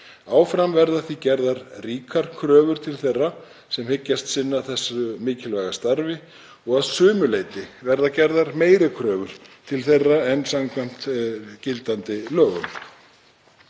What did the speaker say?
Áfram verða því gerðar ríkar kröfur til þeirra sem hyggjast sinna þessu mikilvæga starfi og að sumu leyti verða gerðar meiri kröfur til þeirra en samkvæmt gildandi lögum.